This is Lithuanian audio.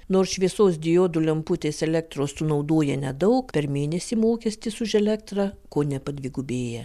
nors šviesos diodų lemputės elektros sunaudoja nedaug per mėnesį mokestis už elektrą kone padvigubėja